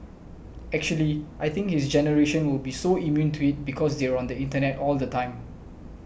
actually I think his generation will be so immune to it because they're on the internet all the time